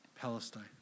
Palestine